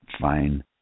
fine